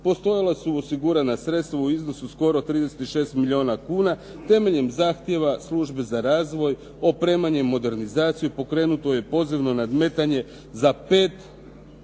Postojala su osigurana sredstva u iznosu skoro 36 milijuna kuna temeljem zahtjeva Službe za razvoj, opremanje i modernizaciju i pokrenuto je pozivno nadmetanje za 5